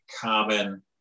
common